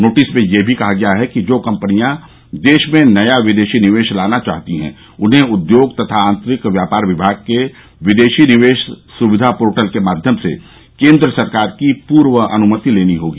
notice में यह भी कहा गया है कि जो कम्पनियां देश में नया विदेशी निवेश लाना चाहती हैं उन्हें उद्योग तथा आंतरिक व्यापार विभाग के विदेशी निवेश सुविधा पोर्टल के माध्यम से केन्द्र सरकार की पूर्व अनुमति लेनी होगी